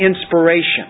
Inspiration